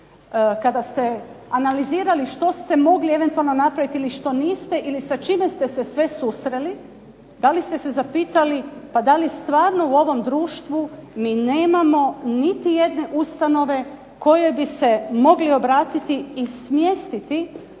kada ste analizirali što ste mogli eventualno napraviti ili što niste ili sa čime ste se sve susreli, da li ste se zapitali pa da li stvarno u ovom društvo mi nemamo niti jedne ustanove kojoj bi se mogli obratiti i smjestiti